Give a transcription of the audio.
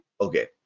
Okay